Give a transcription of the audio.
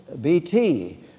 BT